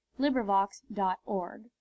LibriVox.org